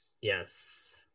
yes